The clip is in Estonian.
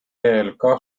eelk